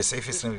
וסעיף 21?